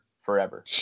forever